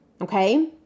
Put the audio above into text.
okay